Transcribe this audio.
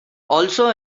also